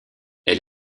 elle